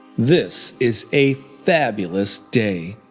this is a fabulous day.